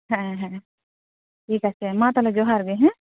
ᱦᱮᱸ ᱦᱮᱸ ᱴᱷᱤᱠ ᱟᱪᱷᱮ ᱢᱟ ᱛᱟᱦᱚᱞᱮ ᱡᱚᱦᱟᱨ ᱜᱮ ᱦᱮᱸ